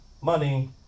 money